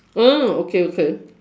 ah okay okay